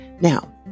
Now